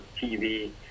TV